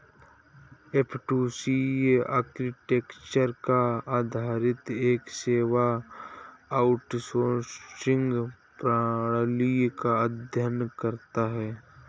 F two C architecture पर आधारित एक सेवा आउटसोर्सिंग प्रणाली का अध्ययन करता है